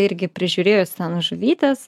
irgi prižiūrėjo senas žuvytes